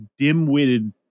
dimwitted